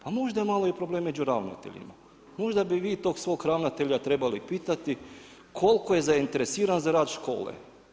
Pa možda je malo problem među ravnateljima, možda bi vi tog svog ravnatelja trebali pitati koliko je zainteresiran za rad škole.